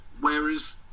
whereas